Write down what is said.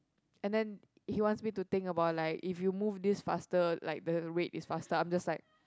and then he wants me to think about like if you move this faster like the rate is faster I'm just like